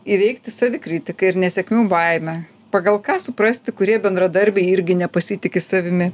įveikti savikritiką ir nesėkmių baimę pagal ką suprasti kurie bendradarbiai irgi nepasitiki savimi